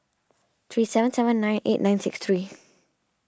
three seven seven nine eight nine six three